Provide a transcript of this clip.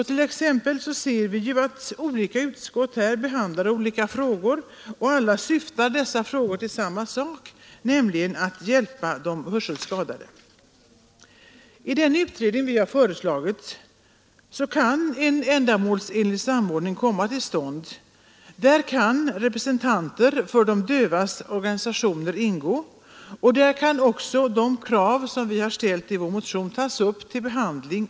T. ex. ser vi ju att skilda utskott behandlar olika frågor som ändå alla syftar till samma sak, nämligen att hjälpa de hörselskadade. I den utredning vi har föreslagit kan en ändamålsenlig samordning komma till stånd. Där kan representanter för de dövas organisationer ingå, och där kan också de krav som vi har ställt i vår motion tas upp till behandling.